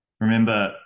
Remember